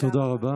תודה רבה.